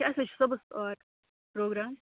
اَسہِ حظ چھُ صُبحس اور پرٛگرام